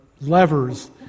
levers